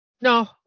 No